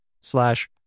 slash